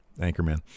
Anchorman